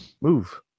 move